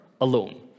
alone